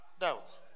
doubt